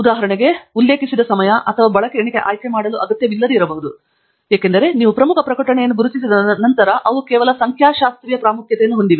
ಉದಾಹರಣೆಗೆ ಸಮಯವನ್ನು ಉಲ್ಲೇಖಿಸಿದ ಅಥವಾ ಬಳಕೆ ಎಣಿಕೆ ಆಯ್ಕೆಮಾಡಲು ಅಗತ್ಯವಿಲ್ಲದಿರಬಹುದು ಏಕೆಂದರೆ ನೀವು ಪ್ರಮುಖ ಪ್ರಕಟಣೆಯನ್ನು ಗುರುತಿಸಿದ ನಂತರ ಅವು ಕೇವಲ ಸಂಖ್ಯಾಶಾಸ್ತ್ರೀಯ ಪ್ರಾಮುಖ್ಯತೆಯನ್ನು ಹೊಂದಿವೆ